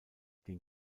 den